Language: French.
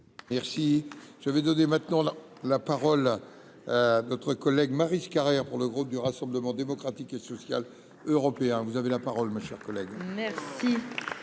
Merci, je vais donner maintenant la la parole notre collègue Maryse Carrère pour le groupe du Rassemblement démocratique et social européen, vous avez la parole, mes chers collègues. Merci.